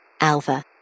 Alpha